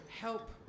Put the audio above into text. help